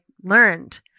learned